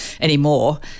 anymore